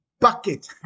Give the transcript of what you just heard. bucket